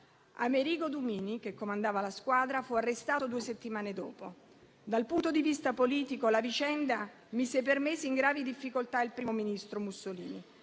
Amerigo Dumini, che comandava la squadra, fu arrestato due settimane dopo. Dal punto di vista politico, la vicenda mise per mesi in gravi difficoltà il primo ministro Mussolini,